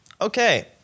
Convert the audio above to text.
okay